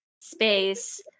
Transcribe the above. space